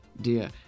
Dear